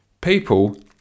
People